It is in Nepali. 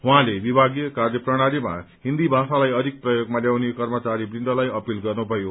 उहाँले विभागीय कार्य प्रणालीमा हिन्दी भाषालाई अधिक प्रयोगमा ल्याउने कर्मचारीवृन्दलाई अपील गर्नुभयो